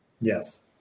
Yes